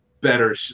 better